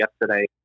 yesterday